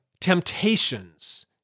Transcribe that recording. temptations